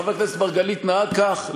חבר הכנסת מרגלית נהג כך,